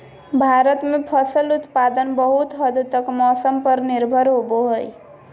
भारत में फसल उत्पादन बहुत हद तक मौसम पर निर्भर होबो हइ